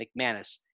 McManus